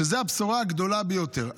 שזו הבשורה הגדולה ביותר,